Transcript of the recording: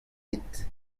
dit